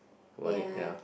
about it ya